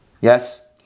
Yes